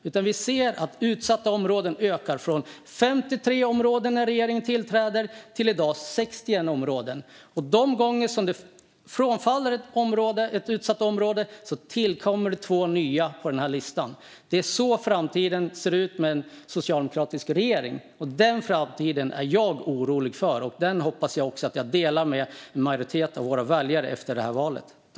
Vi ser att antalet utsatta områden har ökat från 53 när regeringen tillträdde till 61 områden i dag. De gånger ett utsatt område faller bort på listan tillkommer det två nya. Det är så framtiden ser ut med en socialdemokratisk regering. Den framtiden är jag orolig för, och jag hoppas att jag delar den oron med en majoritet av våra väljare efter valet.